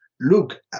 look